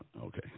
Okay